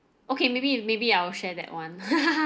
okay maybe maybe I'll share that [one]